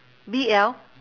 B L